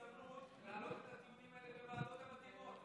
תהיה להם הזדמנות להעלות את הדיונים האלה בוועדות המתאימות,